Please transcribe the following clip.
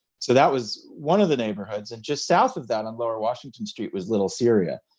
so that was one of the neighborhoods and just south of that on lower washington street was little syria.